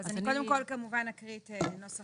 אז אני קודם כל אקריא את נוסח